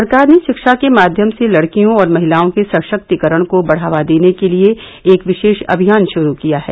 सरकार ने रिक्षा के माध्यम से लड़कियों और नहिलाओं के सशक्तिकरण को बढ़ावा देने के लिए एक विशेष अभियान श्रू किया है